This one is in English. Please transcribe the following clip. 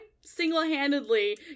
single-handedly